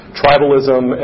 tribalism